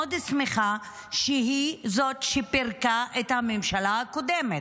שמחה שהיא זאת שפירקה את הממשלה הקודמת.